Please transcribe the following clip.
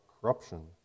corruption